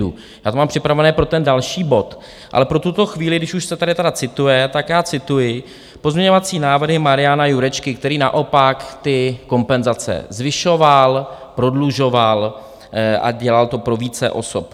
Já to mám připravené pro ten další bod, ale pro tuto chvíli, když už se tady tedy cituje, tak já cituji pozměňovací návrhy Mariana Jurečky, který naopak ty kompenzace zvyšoval, prodlužoval a dělal to pro více osob.